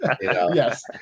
Yes